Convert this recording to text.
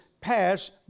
pass